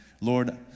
Lord